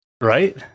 right